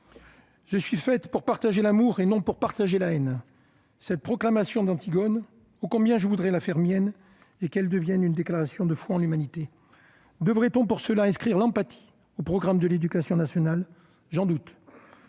Je suis faite pour partager l'amour et non pour partager la haine !» Cette proclamation d'Antigone, ô combien je voudrais la faire mienne et qu'elle devienne une déclaration de foi en l'humanité ! Devrait-on pour cela inscrire l'empathie au programme de l'éducation nationale ? J'en doute.